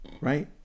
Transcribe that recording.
right